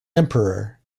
emperor